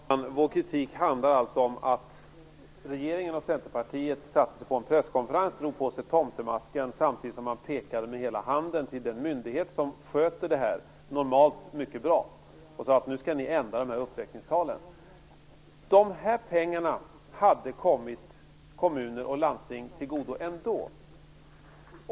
Herr talman! Vår kritik handlar om att regeringen och Centerpartiet satte sig på en presskonferens, drog på sig tomtemasken samtidigt som man pekade med hela handen till den myndighet som normalt sköter det här mycket bra och sade att nu skall ni ändra de här uppräkningstalen. De här pengarna hade kommit kommuner och landsting till godo ändå.